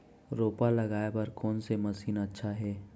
रोपा लगाय बर कोन से मशीन अच्छा हे?